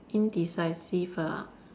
indecisive ah